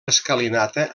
escalinata